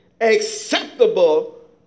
acceptable